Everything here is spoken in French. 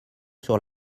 sur